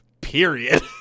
Period